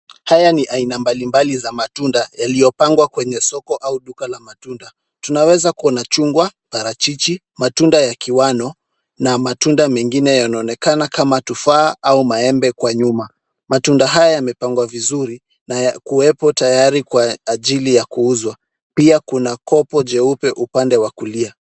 Haya ni aina mbali mbali za matunda yaliyopangwa kwenye soko au duka la matunda. Tunaweza kuona chungwa, parachichi, matunda ya kiwano na matunda mengine yanaonekana kama tufaha au maembe kwa nyuma. Matunda haya yamepangwa vizuri na kuwekwa tayari kwa ajili ya kuuzwa, pia kuna kopo jeupe upande wa kulia.